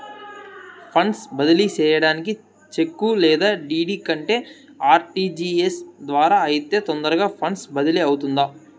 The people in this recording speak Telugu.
ఫండ్స్ బదిలీ సేయడానికి చెక్కు లేదా డీ.డీ కంటే ఆర్.టి.జి.ఎస్ ద్వారా అయితే తొందరగా ఫండ్స్ బదిలీ అవుతుందా